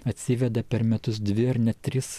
atsiveda per metus dvi ar net tris